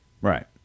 Right